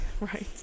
Right